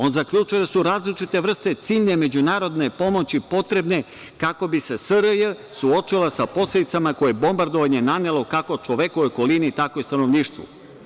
On zaključuje da su različite vrste ciljne međunarodne pomoći potrebne kako bi se SRJ suočila sa posledicama koje je bombardovanje nanelo kako čovekovoj okolini, tako i stanovništvu.